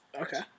Okay